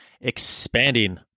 expanding